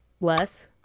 Less